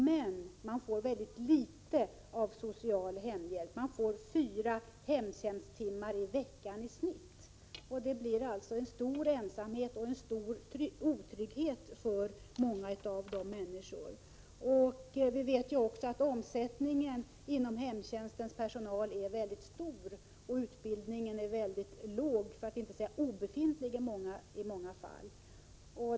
Men man får väldigt litet social hemhjälp. I genomsnitt får man fyra hemtjänsttimmar i veckan. Det blir alltså stor ensamhet och en stor otrygghet för många av de här människorna. Vi vet ju också att omsättningen bland hemtjänstens personal är mycket stor och att utbildningen är väldigt låg — för att inte säga obefintlig i många fall.